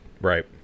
right